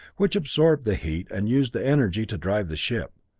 which absorbed the heat and used the energy to drive the ship.